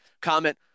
comment